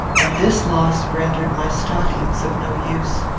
and this loss rendered my stockings of no use.